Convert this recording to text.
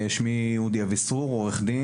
שמי אודי אביסרור, עו"ד.